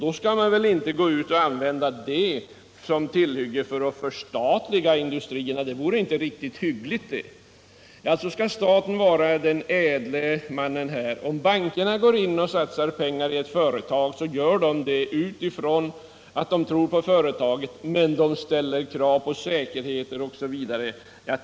Då skall man väl inte använda detta som tillhygge för att förstatliga industrierna. Det vore inte riktigt hyggligt! Han menar tydligen att staten skall uppträda som den ädle givaren. Om bankerna går in och satsar pengar i ett företag, så gör de detta därför att de tror på företaget, men de ställer krav på säkerheter, osv.